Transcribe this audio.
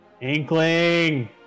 Inkling